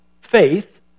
faith